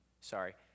Sorry